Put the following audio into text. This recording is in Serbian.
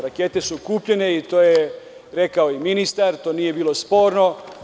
Rakete su kupljene, to je rekao i ministar i to nije bilo sporno.